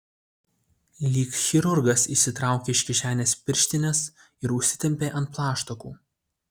lyg chirurgas išsitraukė iš kišenės pirštines ir užsitempė ant plaštakų